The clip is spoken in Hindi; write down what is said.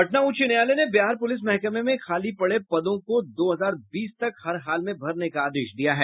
पटना उच्च न्यायालय ने बिहार प्रलिस महकमे में खाली पड़े पदों को दो हजार बीस तक हर हाल में भरने का आदेश दिया है